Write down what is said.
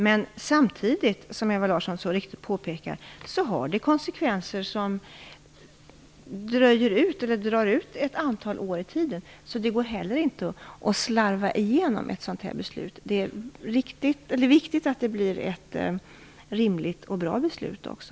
Men samtidigt, som Ewa Larsson så riktigt påpekar, får detta konsekvenser ett antal år framåt i tiden. Därför går det heller inte att slarva igenom ett sådant här beslut. Det är viktigt att det blir ett rimligt och bra beslut också.